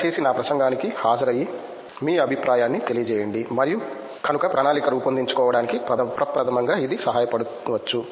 దయచేసి నా ప్రసంగానికి హాజరై మీ అభిప్రాయాన్ని తెలియజేయండి మరియు కనుక ప్రణాళిక రూపొందించుకోవడానికి ప్రప్రధమంగా ఇది సహాయపడవచ్చు